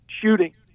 shooting